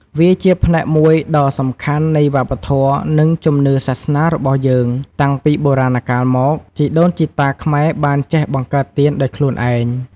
វាជាផ្នែកមួយដ៏សំខាន់នៃវប្បធម៌ និងជំនឿសាសនារបស់យើង តាំងពីបុរាណកាលមក ជីដូនជីតាខ្មែរបានចេះបង្កើតទៀនដោយខ្លួនឯង។